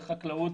בחקלאות.